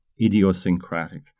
idiosyncratic